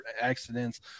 accidents